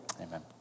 Amen